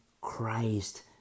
Christ